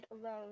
alone